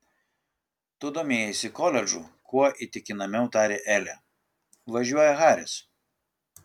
tu domėjaisi koledžu kuo įtikinamiau tarė elė važiuoja haris